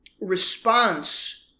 response